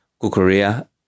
Kukorea